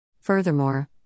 Furthermore